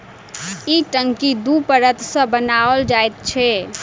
ई टंकी दू परत सॅ बनाओल जाइत छै